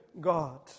God